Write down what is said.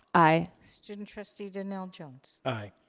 aye. student trustee donnell jones. aye.